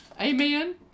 amen